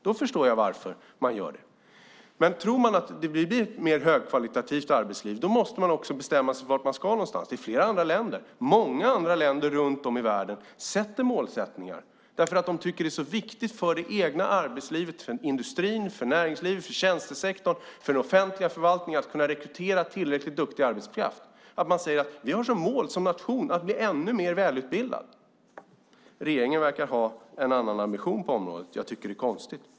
Då förstår jag varför man gör det. Men tror man att det kommer att bli ett mer högkvalitativt arbetsliv måste man också bestämma sig för vart man ska. Många andra länder runt om i världen sätter upp mål därför att de tycker att det är så viktigt för det egna arbetslivet, för industrin, för näringslivet, för tjänstesektorn och för den offentliga förvaltningen att kunna rekrytera tillräckligt duktig arbetskraft. Man säger att man som nation har som mål att bli ännu mer välutbildad. Regeringen verkar ha en annan ambition på området. Det tycker jag är konstigt.